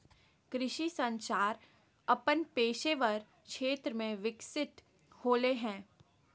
कृषि संचार अपन पेशेवर क्षेत्र में विकसित होले हें